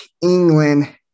England